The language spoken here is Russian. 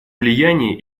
влияние